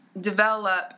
develop